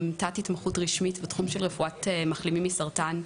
עם תת התמחות רשמית בתחום של מחלימים מסרטן.